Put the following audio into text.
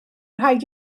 rhaid